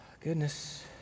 Goodness